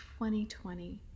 2020